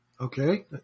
Okay